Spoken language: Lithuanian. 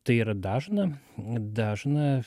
tai yra dažna dažna